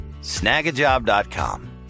snagajob.com